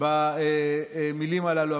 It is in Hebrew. במילים הללו.